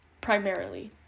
primarily